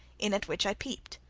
in at which i peeped.